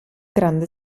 grande